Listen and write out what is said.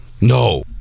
No